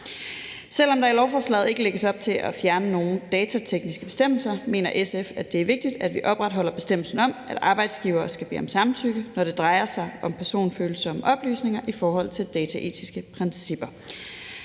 Selv om der i lovforslaget ikke lægges op til at fjerne nogen dataetiske bestemmelser, mener SF, det er vigtigt, at vi opretholder bestemmelsen om, at arbejdsgivere skal bede om samtykke, når det drejer sig om personfølsomme oplysninger, i forhold til dataetiske principper.